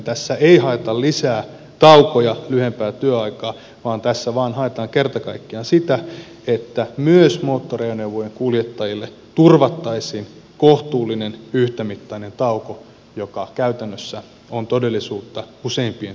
tässä ei haeta lisää taukoja lyhyempää työaikaa vaan tässä vain haetaan kerta kaikkiaan sitä että myös moottoriajoneuvojen kuljettajille turvattaisiin kohtuullinen yhtämittainen tauko joka käytännössä on todellisuutta useimpien työntekijöiden osalta